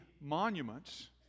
monuments